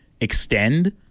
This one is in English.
extend